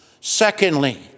Secondly